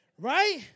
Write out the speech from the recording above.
right